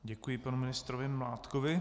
Děkuji panu ministrovi Mládkovi.